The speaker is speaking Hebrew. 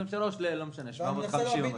אולי ל-750.